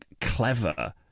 clever